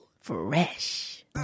Fresh